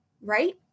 Right